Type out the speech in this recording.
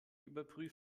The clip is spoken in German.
überprüfen